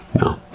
No